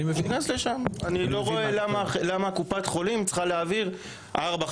אני לא רואה למה קופת חולים צריכה להעביר ארבע,